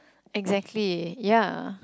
exactly ya